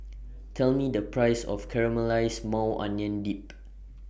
Tell Me The Price of Caramelized Maui Onion Dip